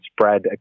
spread